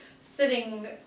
sitting